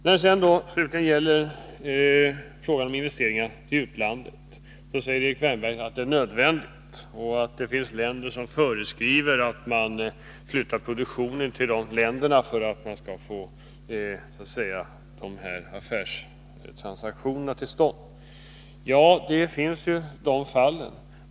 När det slutligen gäller frågan om investeringar i utlandet säger Erik Wärnberg att det är nödvändigt att göra på detta sätt och att det finns länder som föreskriver att man skall flytta produktionen till dessa länder för att få affärstransaktionerna till stånd. Ja, det finns sådana fall.